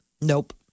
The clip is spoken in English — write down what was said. Nope